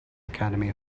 academy